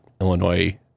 Illinois